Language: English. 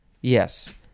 Yes